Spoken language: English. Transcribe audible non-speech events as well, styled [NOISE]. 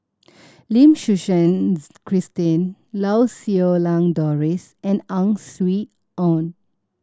Lim Suchen [UNINTELLIGIBLE] Christine Lau Siew Lang Doris and Ang Swee Aun